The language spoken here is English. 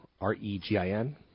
R-E-G-I-N